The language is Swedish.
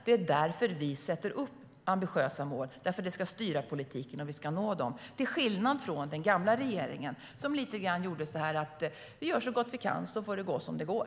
Det är därför vi sätter upp ambitiösa mål - de ska styra politiken. Och vi ska nå dem - till skillnad från den gamla regeringen, som lite grann sa så här: Vi gör så gott vi kan, så får det gå som det går.